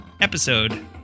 episode